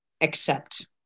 accept